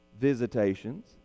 visitations